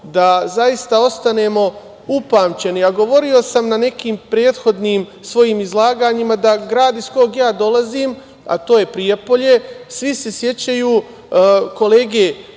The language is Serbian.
da zaista ostanemo upamćeni, a govorio sam u nekim prethodnim svojim izlaganjima da grad iz kog dolazim, a to je Prijepolje, svi se sećaju kolege